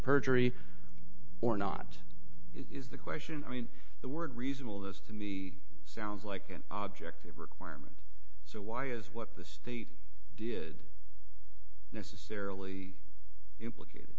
perjury or not is the question i mean the word reasonable this to me he sounds like an object of requirement so why is what the state did necessarily implicate